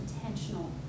intentional